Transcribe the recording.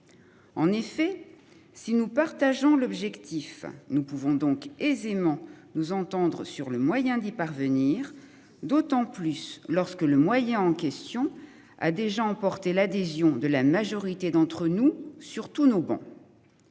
En effet si nous partageons l'objectif nous pouvons donc aisément nous entendre sur le moyen d'y parvenir. D'autant plus lorsque le moyen en question a déjà emporté l'adhésion de la majorité d'entre nous, surtout nos bon.